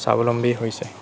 স্বাৱলম্বী হৈছে